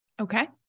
okay